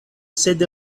sed